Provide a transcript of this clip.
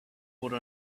were